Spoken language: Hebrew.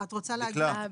דקלה?